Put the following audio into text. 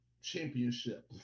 championship